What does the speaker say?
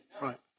Right